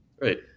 right